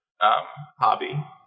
hobby